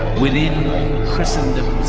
within christendom's